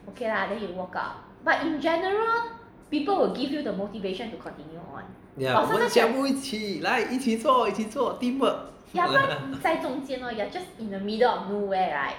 ya 我们全部一起来一起做一起做 team work